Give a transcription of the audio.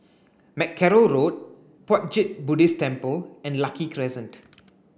Mackerrow Road Puat Jit Buddhist Temple and Lucky Crescent